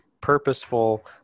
purposeful